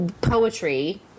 poetry